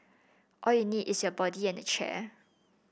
all you need is your body and a chair